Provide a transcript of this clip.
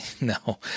no